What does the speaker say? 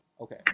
Okay